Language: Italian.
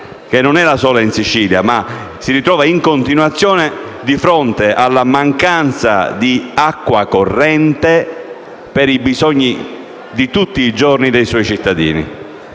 che non è la sola in Sicilia, che si ritrova in continuazione di fronte alla mancanza di acqua corrente necessaria ai bisogni quotidiani dei suoi cittadini.